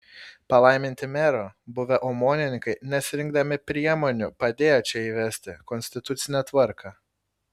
palaiminti mero buvę omonininkai nesirinkdami priemonių padėjo čia įvesti konstitucinę tvarką